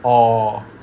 orh